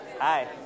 Hi